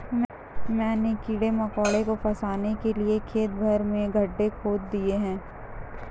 मैंने कीड़े मकोड़ों को फसाने के लिए खेत भर में गड्ढे खोद दिए हैं